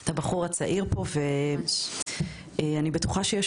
את הבחור הצעיר פה ואני בטוחה שיש